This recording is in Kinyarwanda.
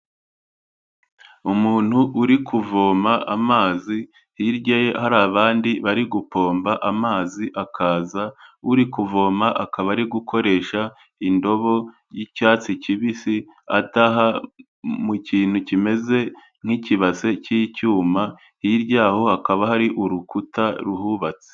Umuntu uri kuvoma amazi hirya ye hari abandi bari gupomba amazi akaza, uri kuvoma akaba ari gukoresha indobo y'icyatsi kibisi adaha mu kintu kimeze nk'ikibase cy'icyuma, hirya yaho hakaba hari urukuta ruhubatse.